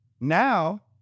Now